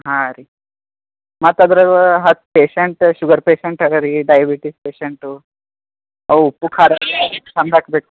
ಹಾಂ ರಿ ಮತು ಅದ್ರಾಗೆ ಹತ್ತು ಪೇಷೆಂಟ್ ಶುಗರ್ ಪೇಷೆಂಟ್ ಅದಾ ರಿ ಡಯಾಬಿಟಿಕ್ ಪೇಷೆಂಟು ಅವು ಉಪ್ಪು ಖಾರ ಬೇಕು